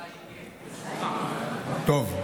טוב.